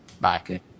Bye